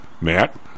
Matt